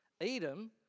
Edom